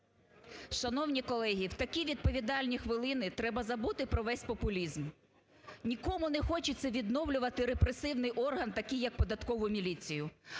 Шановні колеги! В такі відповідальні хвилини треба забути про весь популізм. Нікому не хочеться відновлювати репресивний орган такий, як Податкову міліцію.